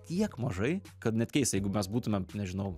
tiek mažai kad net keista jeigu mes būtumėm nežinau